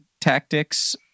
tactics